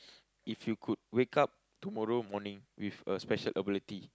if you could wake up tomorrow morning with a special ability